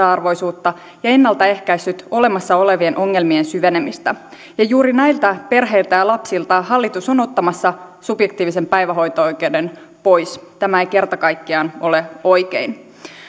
arvoisuutta ja ennaltaehkäissyt olemassa olevien ongelmien syvenemistä ja juuri näiltä perheiltä ja lapsilta hallitus on ottamassa subjektiivisen päivähoito oikeuden pois tämä ei kerta kaikkiaan ole oikein